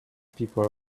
people